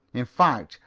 in fact,